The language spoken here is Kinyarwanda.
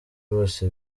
bose